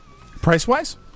Price-wise